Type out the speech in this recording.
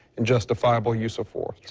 and justifiable use of force.